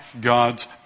God's